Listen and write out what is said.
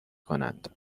کنند